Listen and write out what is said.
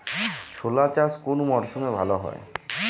ছোলা চাষ কোন মরশুমে ভালো হয়?